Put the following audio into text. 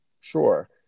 Sure